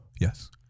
Yes